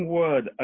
word